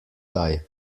daj